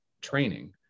training